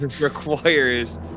Requires